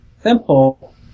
Simple